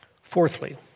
Fourthly